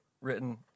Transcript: written